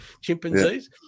chimpanzees